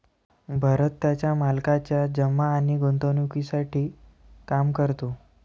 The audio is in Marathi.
भरत त्याच्या मालकाच्या जमा आणि गुंतवणूकीसाठी काम करतो